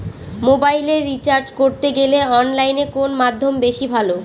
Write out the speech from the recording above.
মোবাইলের রিচার্জ করতে গেলে অনলাইনে কোন মাধ্যম বেশি ভালো?